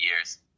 years